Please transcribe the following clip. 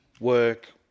Work